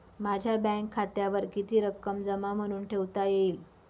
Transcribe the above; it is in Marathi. माझ्या बँक खात्यावर किती रक्कम जमा म्हणून ठेवता येईल?